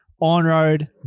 on-road